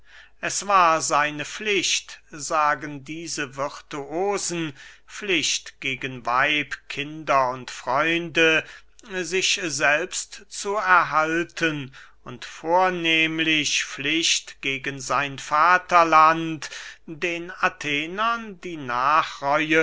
es war seine pflicht sagen diese virtuosen pflicht gegen weib kinder und freunde sich selbst zu erhalten und vornehmlich pflicht gegen sein vaterland den athenern die